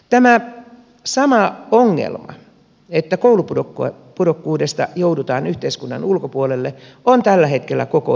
tämä sama ongelma että koulupudokkuudesta joudutaan yhteiskunnan ulkopuolelle on tällä hetkellä koko euroopassa